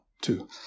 two